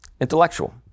Intellectual